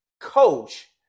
coach